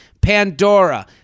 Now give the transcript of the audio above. Pandora